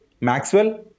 Maxwell